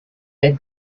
been